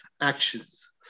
actions